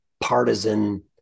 partisan